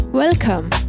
Welcome